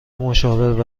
مشاور